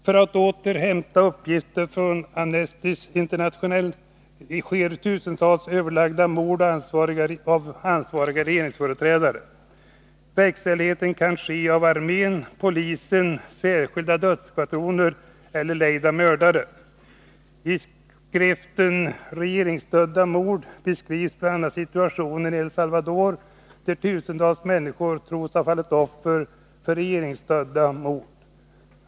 För att återhämta uppgifter från Amnesty International begås tusentals överlagda mord av ansvariga regeringsföreträdare. Armén, polisen, särskilda dödsskvadroner eller lejda mördare kan svara för verkställandet. I skriften Regeringsstödda mord beskriver Amnesty bl.a. situationen i El Salvador, där tusentals människor tros ha fallit offer i regeringsstödda mord.